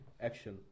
Action